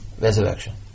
resurrection